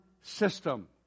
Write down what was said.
system